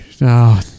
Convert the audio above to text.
no